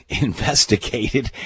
investigated